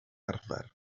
arfer